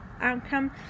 outcome